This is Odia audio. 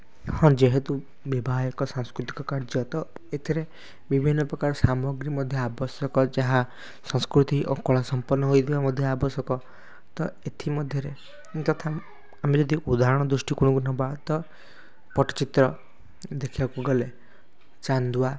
ହଁ ଯେହେତୁ ବୈବାହିକ ସାଂସ୍କୃତିକ କାର୍ଯ୍ୟ ତ ଏଥିରେ ବିଭିନ୍ନ ପ୍ରକାର ସାମଗ୍ରୀ ମଧ୍ୟ ଆବଶ୍ୟକ ଯାହା ସଂସ୍କୃତି ଓ କଳା ସମ୍ପନ୍ନ ହୋଇଥିବା ମଧ୍ୟ ଆବଶ୍ୟକ ତ ଏଥିମଧ୍ୟରେ ଯଥା ଆମେ ଯଦି ଉଦାହରଣ ଦୃଷ୍ଟିକୋଣକୁ ନେବା ତ ପଟ୍ଟଚିତ୍ର ଦେଖିବାକୁ ଗଲେ ଚାନ୍ଦୁଆ